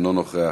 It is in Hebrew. אינו נוכח,